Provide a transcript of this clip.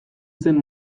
zen